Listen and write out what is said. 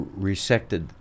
resected